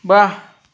ৱাহ